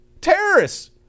terrorists